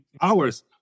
Hours